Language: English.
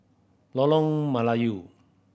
Lolong Melayu